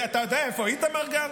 אתה יודע איפה איתמר גר?